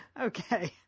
Okay